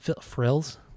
Frills